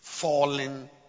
Falling